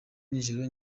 nijoro